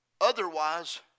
Otherwise